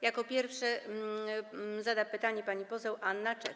Jako pierwsza zada pytanie pani poseł Anna Czech.